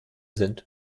sind